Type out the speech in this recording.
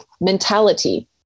mentality